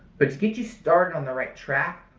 but to get you started on the right track,